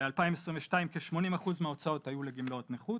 ב-2022 כ-80% מההוצאות היו לגמלאות נכות